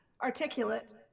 articulate